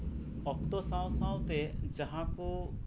ᱚᱠᱛᱚ ᱥᱟᱶ ᱥᱟᱶᱛᱮ ᱡᱟᱸᱦᱟ ᱠᱚ